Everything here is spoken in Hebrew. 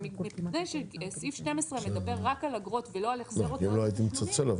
ומפני שסעיף 12 מדבר רק על אגרות ולא על החזר הוצאות תשלומים,